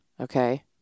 Okay